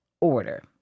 order